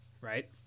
right